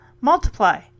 Multiply